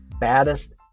baddest